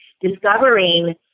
discovering